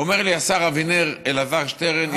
אומר לי הרב אבינר: אלעזר שטרן,